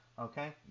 okay